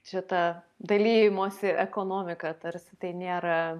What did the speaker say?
šita dalijimosi ekonomika tarsi tai nėra